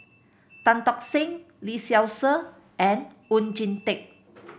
Tan Tock Seng Lee Seow Ser and Oon Jin Teik